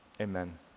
amen